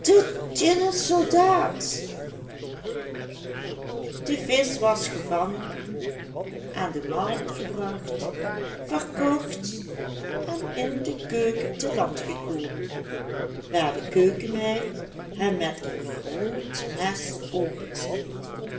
de visch was gevangen aan de markt gebracht verkocht en in de keuken te land gekomen waar de keukenmeid hem met een groot mes